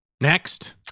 Next